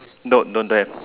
no don't have